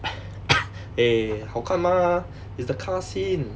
eh 好看 mah it's the car scene